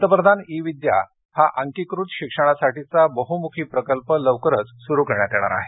पंतप्रधान ई विद्या हा अंकीकृत शिक्षणासाठीचा बहुमुखी प्रकल्प लवकरच सुरू करण्यात येणार आहे